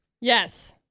Yes